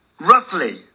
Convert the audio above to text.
roughly